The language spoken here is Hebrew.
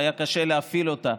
והיה קשה להפעיל אותה,